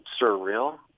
surreal